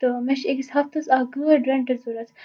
تہٕ مےٚ چھِ أکِس ہَفتَس اکھ گٲڑ ریٚنٛٹَس ضرورت